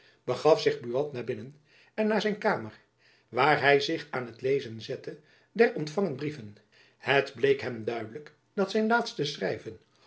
begaf zich buat naar binnen en naar zijn kamer waar hy zich aan t lezen zette der ontfangen brieven het bleek hem duidelijk dat zijn laatste schrijven